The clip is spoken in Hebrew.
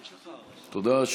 תודה.